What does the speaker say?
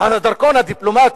הדרכון הדיפלומטי,